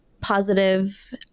positive